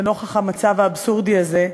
נוכח המצב האבסורדי הזה,